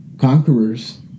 conquerors